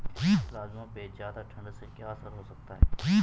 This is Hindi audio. राजमा पे ज़्यादा ठण्ड से क्या असर हो सकता है?